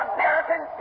American